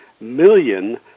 million